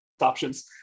options